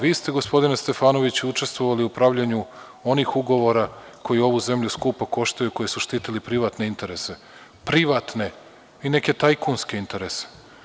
Vi ste, gospodine Stefanoviću, učestvovali u pravljenju onih ugovora koji ovu zemlju skupo koštaju, koji su štitili privatne interese, privatne i neke tajkunske interese.